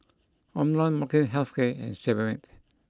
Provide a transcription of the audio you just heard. Omron Molnylcke health care and Sebamed